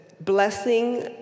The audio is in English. blessing